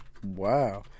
Wow